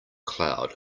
cloud